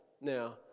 Now